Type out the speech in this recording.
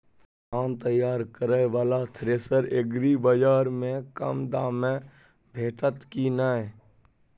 धान तैयार करय वाला थ्रेसर एग्रीबाजार में कम दाम में भेटत की नय?